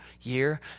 Year